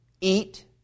eat